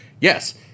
yes